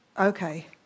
okay